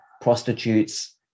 prostitutes